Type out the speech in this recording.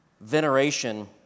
veneration